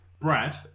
Brad